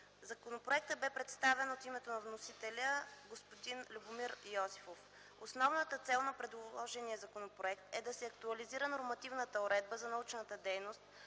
Законопроектът бе представен от името на вносителя от господин Любомир Йосифов. Основната цел на предложения законопроект е да се актуализира нормативната уредба за научната дейност,